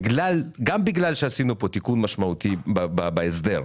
גם בגלל שעשינו פה תיקון משמעותי בהסדר,